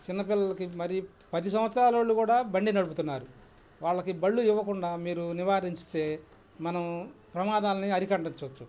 చిన్నపిల్లలకి మరీ పది సంవత్సరాలోళ్ళు కూడా బండి నడుపుతున్నారు వాళ్ళకి బళ్ళు ఇవ్వకుండా మీరు నివారింస్తే మనం ప్రమాదాలని అరికట్టొచ్చచ్చు